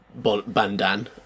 Bandan